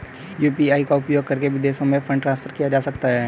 UPI का उपयोग करके विदेशों में फंड ट्रांसफर किया जा सकता है?